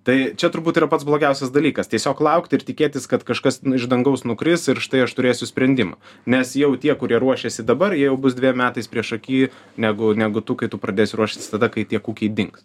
tai čia turbūt yra pats blogiausias dalykas tiesiog laukti ir tikėtis kad kažkas iš dangaus nukris ir štai aš turėsiu sprendimą nes jau tie kurie ruošiasi dabar jie jau bus dviem metais priešaky negu negu tu kai tu pradėsi ruoštis tada kai tie kukiai dings